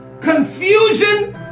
confusion